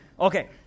Okay